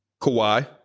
Kawhi